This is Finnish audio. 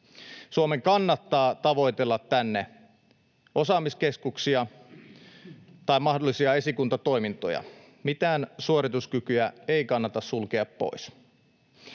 Suomen kannattaa tavoitella tänne osaamiskeskuksia tai mahdollisia esikuntatoimintoja. Mitään suorituskykyä ei kannata sulkea pois.